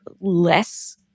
less